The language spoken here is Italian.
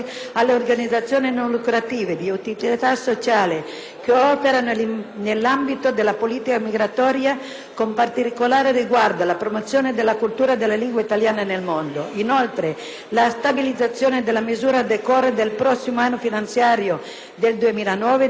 che operano nell'ambito delle politiche migratorie, con particolare riguardo alla promozione della cultura e della lingua italiana nel mondo. Inoltre, è prevista la stabilizzazione della misura a decorrere dal prossimo anno finanziario 2009 (con le dichiarazioni dei redditi relativi al 2008), al fine di